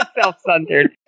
self-centered